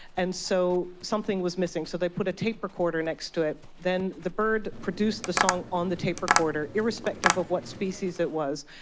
and so something was missing. and so they put a tape recorder next to it. then the bird produced the song on the tape recorder, irrespective of what species it was.